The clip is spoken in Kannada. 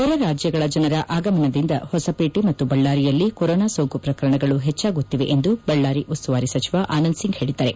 ಹೊರ ರಾಜ್ಯಗಳ ಜನರ ಆಗಮನನಿಂದ ಹೊಸವೇಟೆ ಮತ್ತು ಬಳ್ಳಾರಿಯಲ್ಲಿ ಕೊರೊನಾ ಸೋಂಕು ಪ್ರಕರಣಗಳು ಹೆಚ್ಚಾಗುತ್ತಿವೆ ಎಂದು ಬಳ್ಳಾರಿ ಉಸ್ತುವಾರಿ ಸಚಿವ ಆನಂದ್ ಸಿಂಗ್ ಹೇಳಿದ್ದಾರೆ